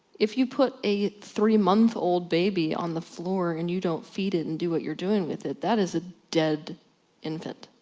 if you put a three month old baby on the floor and you don't feed it and do what you're doing with it, that is a dead infant.